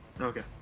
Okay